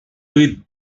with